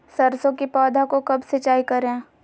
सरसों की पौधा को कब सिंचाई करे?